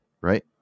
right